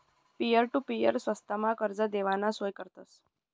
peer to peer स्वस्तमा कर्ज देवाना सोय करतस